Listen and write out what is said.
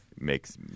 makes